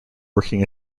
working